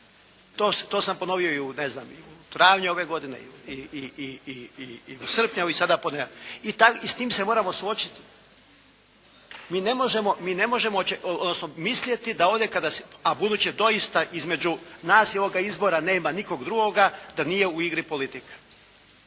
u ne znam i u travnju ove godine i u srpnju i evo sada ponavljam. I s tim se moramo suočiti. Mi ne možemo, mi ne možemo, odnosno misliti da ovdje kada se, a budući doista između nas i ovoga izbora nema nikog drugoga da nije u igri politika,